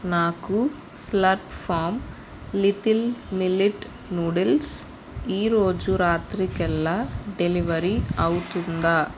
నాకు Slurrp Farm little millet noodles ఈ రోజు రాత్రికల్లా డెలివరీ అవుతుందా